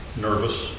nervous